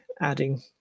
adding